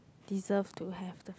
deserve to have the